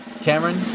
Cameron